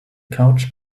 couch